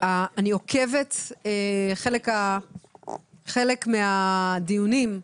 אני עוקבת, בחלק מהדיונים,